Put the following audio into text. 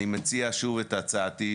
אני מציע שוב את הצעתי,